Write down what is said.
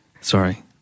Sorry